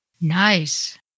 Nice